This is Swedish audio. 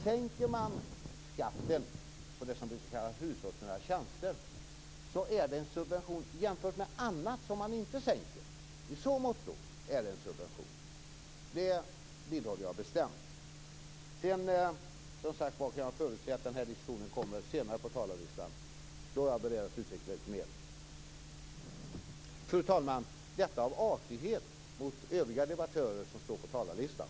Sänker man skatten på det som brukar kallas hushållsnära tjänster så är det en subvention jämfört med annat, med sådant som man inte sänker. I så måtto är det en subvention. Det vidhåller jag bestämt. Sedan kan jag som sagt förutse att den här diskussionen kommer upp senare på talarlistan. Då är jag beredd att utveckla lite mer - detta av artighet, fru talman, mot övriga debattörer som står på talarlistan.